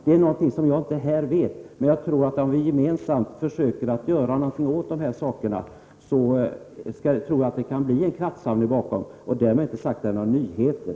Detta är frågor som jag inte nu vet svaret på, men om vi gemensamt försöker göra någonting åt detta tror jag att det kan bli fråga om en kraftsamling. Men därmed inte sagt att det är fråga om några nyheter.